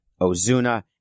Ozuna